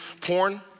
Porn